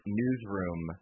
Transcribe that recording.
newsroom